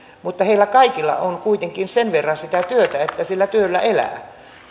mutta heillä kaikilla on kuitenkin sen verran sitä työtä että sillä työllä elää